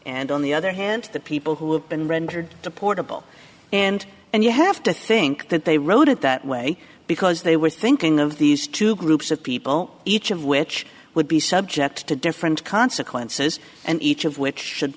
and on the other hand the people who have been rendered deportable and and you have to think that they wrote it that way because they were thinking of these two groups of people each of which would be subject to differ and consequences and each of which should